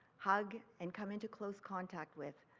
hug and come into close contact with,